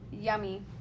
Yummy